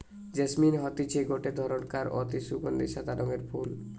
jasmine হতিছে গটে ধরণকার অতি সুগন্ধি সাদা রঙের ফুল